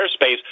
airspace